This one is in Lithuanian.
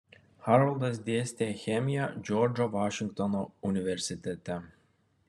haroldas dėstė chemiją džordžo vašingtono universitete